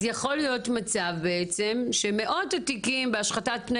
אז יכול להיות מצב שמאות התיקים בהשחתת פני